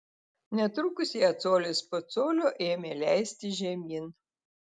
netrukus ją colis po colio ėmė leisti žemyn